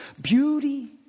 beauty